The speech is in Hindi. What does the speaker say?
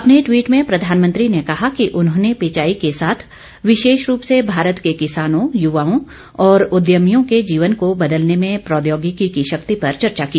अपने टवीट में प्रधानमंत्री ने कहा कि उन्होंने पिचाई के साथ विशेष रूप से भारत के किसानों युवाओं और उद्यमियों के जीवन को बदलने में प्रौद्योगिकी की शक्ति पर चर्चा की